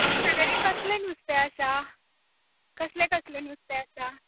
तुमच्या कडेन कसलें नुस्तें आसा कसलें कसलें नुस्तें आसा